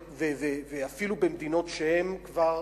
ואפילו במדינות שהן כבר